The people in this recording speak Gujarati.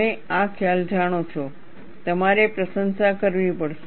તમે આ ખ્યાલ જાણો છો તમારે પ્રશંસા કરવી પડશે